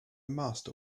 master